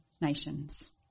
nations